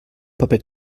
paper